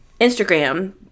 Instagram